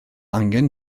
angen